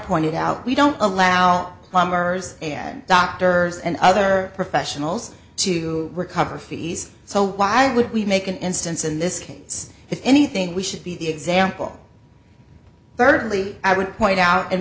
pointed out we don't allow plumbers and doctors and other professionals to recover fees so why would we make an instance in this case if anything we should be the example thirdly i would point out and